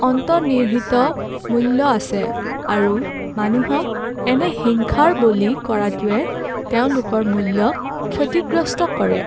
অন্তৰ্নিহিত মূল্য আছে আৰু মানুহক এনে হিংসাৰ বলি কৰাটোৱে তেওঁলোকৰ মূল্যক ক্ষতিগ্ৰস্ত কৰে